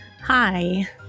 Hi